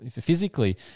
physically